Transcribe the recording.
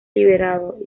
liberado